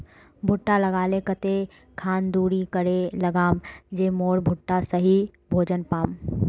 भुट्टा लगा ले कते खान दूरी करे लगाम ज मोर भुट्टा सही भोजन पाम?